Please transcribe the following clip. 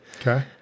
Okay